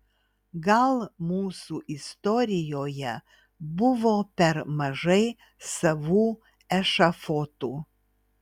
gal mūsų istorijoje buvo per mažai savų ešafotų